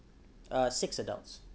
uh six adults